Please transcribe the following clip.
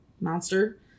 monster